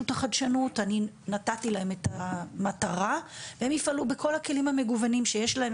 אני נתתי להם את המטרה והם יפעלו בכל הכלים המגוונים שיש להם.